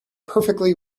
perfectly